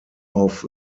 auf